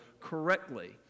correctly